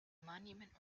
monument